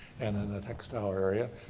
and in the textile area,